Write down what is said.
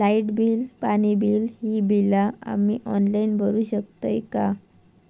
Light bill, पाणी bill, ही बिला आम्ही ऑनलाइन भरू शकतय का?